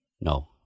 No